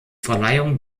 verleihung